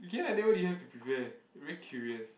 okay lah then what do you have to prepare I very curious